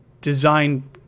design